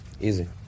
easy